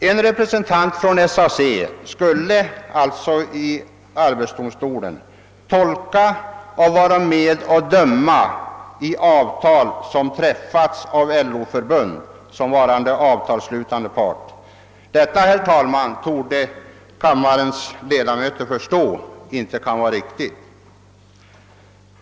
Vad som här begärs är att en representant för SAC i arbetsdomstolen skall tolka och döma i mål om avtal som träffats av LO-förbund i egenskap av avtalsslutande part. Kammarens ledamöter torde förstå att detta inte kan vara riktigt.